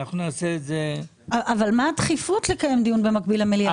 אבל מהי הדחיפות לקיים דיון במקביל למליאה?